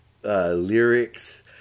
Lyrics